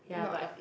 yeah but